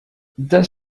das